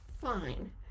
fine